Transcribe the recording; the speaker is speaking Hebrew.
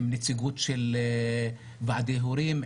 עם נציגות של ועדי הורים,